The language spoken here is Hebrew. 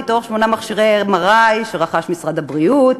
מתוך שמונה מכשירי MRI שרכש משרד הבריאות,